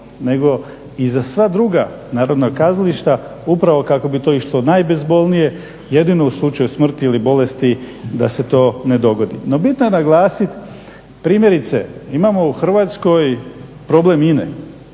nego i za sva druga narodna kazališta, upravo kako bi to išlo najbezbolnije, jedino u slučaju smrti ili bolesti, da se to ne dogodi. No bitno je naglasiti, primjerice imamo u Hrvatskoj problem INA-e